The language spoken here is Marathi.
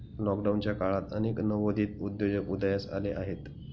लॉकडाऊनच्या काळात अनेक नवोदित उद्योजक उदयास आले आहेत